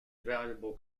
valuable